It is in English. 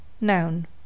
noun